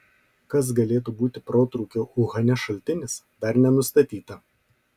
kas galėtų būti protrūkio uhane šaltinis dar nenustatyta